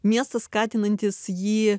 miestas skatinantis jį